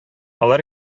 алар